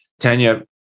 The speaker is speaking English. Tanya